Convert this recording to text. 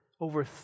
over